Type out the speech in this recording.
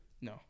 No